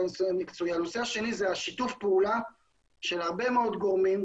הנושא השני זה שיתוף הפעולה של הרבה מאוד גורמים,